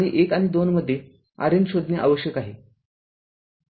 आणि १ आणि २ मध्ये RN शोधणे आवश्यक आहे